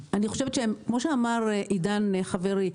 כפי שאמר עידן קלימן חברי,